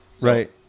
Right